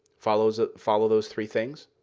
follow those ah follow those three things?